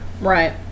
Right